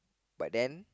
but then